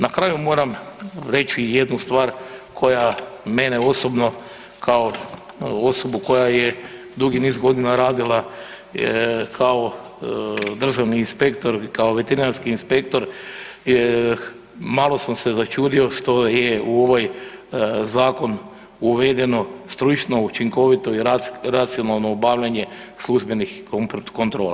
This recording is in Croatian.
Na kraju moram reći jednu stvar koja mene osobno kao osobu koja je dugi niz radila kao državni inspektor, kao veterinarski inspektor, malo sam se začudio što je u ovaj zakon uvedeno stručno, učinkovito i racionalno obavljanje službenih kontrola.